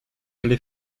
allez